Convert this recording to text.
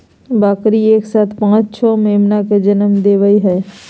बकरी एक साथ पांच छो मेमना के जनम देवई हई